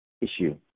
issue